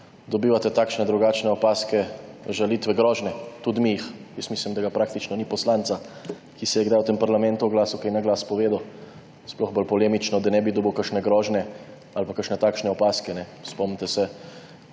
dobivate takšne ali drugačne opazke, žalitve, grožnje. Tudi mi jih. Mislim, da praktično ni poslanca, ki se je kdaj v parlamentu oglasil, kaj naglas povedal, sploh bolj polemično, da ne bi dobil kakšne grožnje ali pa kakšne takšne opazke. Spomnite se